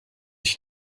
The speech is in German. sich